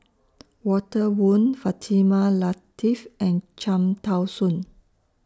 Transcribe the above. Walter Woon Fatimah Lateef and Cham Tao Soon